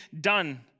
done